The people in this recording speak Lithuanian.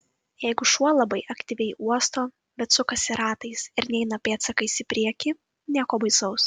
jeigu šuo labai aktyviai uosto bet sukasi ratais ir neina pėdsakais į priekį nieko baisaus